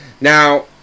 Now